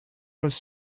was